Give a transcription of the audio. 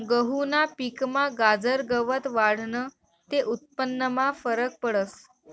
गहूना पिकमा गाजर गवत वाढनं ते उत्पन्नमा फरक पडस